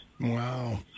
Wow